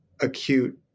acute